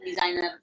designer